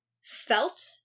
felt